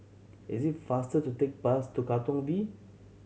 is it faster to take bus to Katong V